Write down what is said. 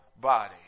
body